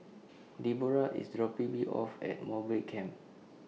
Debora IS dropping Me off At Mowbray Camp